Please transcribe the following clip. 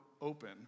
open